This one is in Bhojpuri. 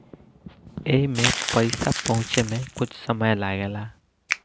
एईमे पईसा पहुचे मे कुछ समय लागेला